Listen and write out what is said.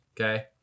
Okay